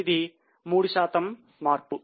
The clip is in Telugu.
ఇది 3 శాతము మార్పు